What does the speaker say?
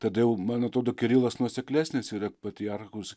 tada jau man atrodo kirilas nuoseklesnis yra patriarchus